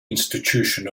institution